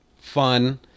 fun